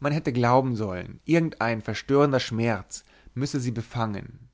man hätte glauben sollen irgendein verstörender schmerz müsse sie befangen